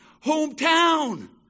hometown